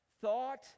thought